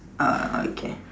uh okay